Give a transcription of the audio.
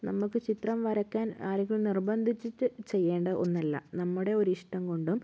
നമുക്ക് ചിത്രം വരയ്ക്കാൻ ആരെങ്കിലും നിർബന്ധിച്ചിട്ട് ചെയ്യേണ്ട ഒന്നല്ല നമ്മുടെ ഒരിഷ്ടം കൊണ്ടും